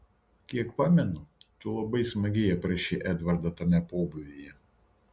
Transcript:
kiek pamenu tu labai smagiai aprašei edvardą tame pobūvyje